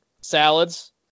salads